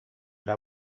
era